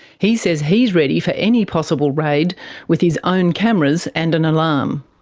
he says he's ready for any possible raid with his own cameras and an alarm.